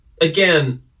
again